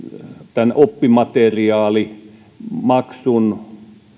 tämän oppimateriaalimaksun